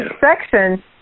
section